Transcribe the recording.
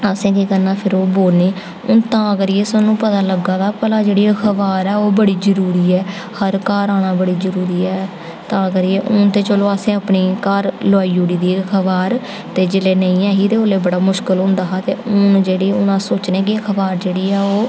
असें केह् करना फिर ओह् बोलनी हून तां करियै सानूं पता लग्गा दा कि भला जेह्ड़ी अखबार ऐ ओह् बड़ी जरूरी ऐ हर घर आना बड़ा जरूरी ऐ तां करियै हून ते चलो असें अपने घर लोआई ओड़ी दी अखबार ते जेल्लै नेईं ऐही ते उसलै बड़ा मुश्कल होंदा हा हून अस सोचने कि अखबार जेह्ड़ी ऐ ओह्